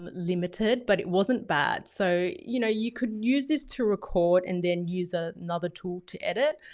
um limited, but it wasn't bad. so you know, you could use this to record and then use ah another tool to edit.